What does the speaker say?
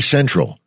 Central